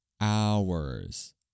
hours